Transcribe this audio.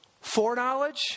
Foreknowledge